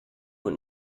und